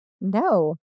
No